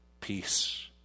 peace